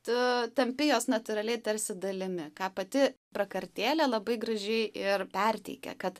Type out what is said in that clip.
tu tampi jos natūraliai tarsi dalimi ką pati prakartėlė labai gražiai ir perteikia kad